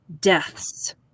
deaths